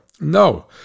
no